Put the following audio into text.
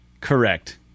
Correct